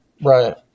Right